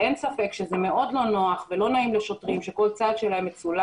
אין ספק שזה מאוד לא נוח ולא נעים לשוטרים שכל צעד שלהם מצולם